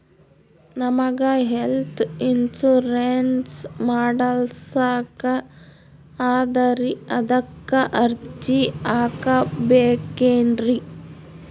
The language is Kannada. ನಮಗ ಹೆಲ್ತ್ ಇನ್ಸೂರೆನ್ಸ್ ಮಾಡಸ್ಲಾಕ ಅದರಿ ಅದಕ್ಕ ಅರ್ಜಿ ಹಾಕಬಕೇನ್ರಿ?